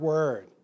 Word